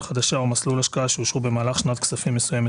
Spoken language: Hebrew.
חדשה או מסלול השקעה שאושרו במהלך שנת כספים מסוימת,